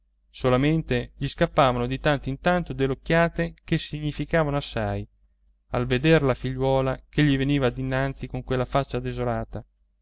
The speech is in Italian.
solamente gli scappavano di tanto in tanto delle occhiate che significavano assai al veder la figliuola che gli veniva dinanzi con quella faccia desolata